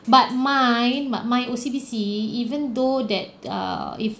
but mine but my O_C_B_C even though that err if